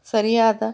ಸರಿಯಾದ